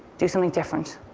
do something different.